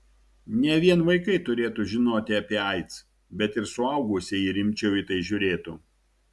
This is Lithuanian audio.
ne vien vaikai turėtų žinoti apie aids bet ir suaugusieji rimčiau į tai žiūrėtų